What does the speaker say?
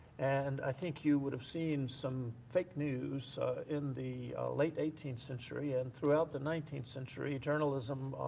and i think you would have seen some fake news in the late eighteenth century and throughout the nineteenth century, journalism